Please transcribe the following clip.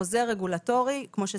בחוזר רגולטורי כמו שצריך.